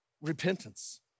repentance